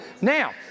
Now